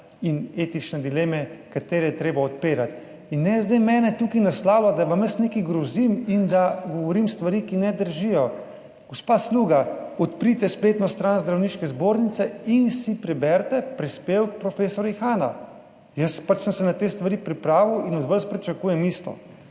in etične dileme katere je treba odpirati. In ne zdaj mene tukaj naslavljati, da vam jaz nekaj grozim in da govorim stvari, ki ne držijo. Gospa Sluga, odprite spletno stran Zdravniške zbornice in si preberite prispevek profesor Ihana. Jaz sem se na te stvari pripravil in od vas pričakujem isto.